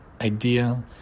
idea